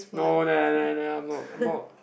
no then then then I'm not I'm not